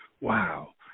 wow